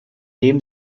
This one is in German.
dem